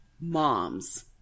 mom's